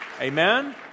Amen